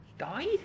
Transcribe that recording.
died